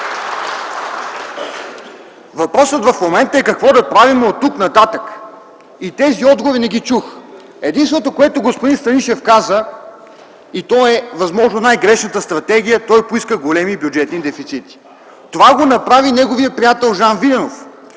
Въпросът в момента е какво да правим оттук нататък и тези отговори не ги чух. Единственото, което господин Станишев каза, и то е възможно най-грешната стратегия, той поиска големи бюджетни дефицити. Това го направи неговият приятел Жан Виденов